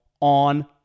on